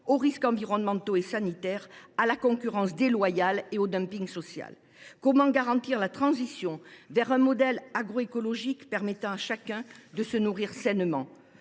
aux risques environnementaux et sanitaires, à la concurrence déloyale et au dumping social. Comment réussir la transition vers un modèle agroécologique permettant à chacun de se nourrir sainement ?